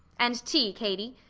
and tea, katie.